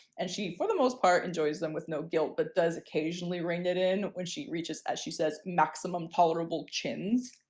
and she for the most part enjoys them with no guilt but does occasionally rein it in when she reaches as she says maximum tolerable chins.